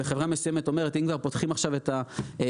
וחברה מסוימת אומרת: אם כבר פותחים עכשיו את אותו